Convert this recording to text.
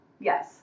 yes